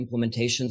implementations